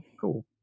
cool